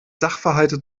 sachverhalte